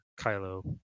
Kylo